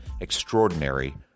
Extraordinary